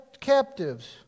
captives